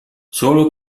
solo